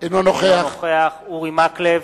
אינו נוכח אורי מקלב,